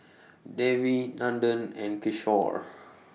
Devi Nandan and Kishore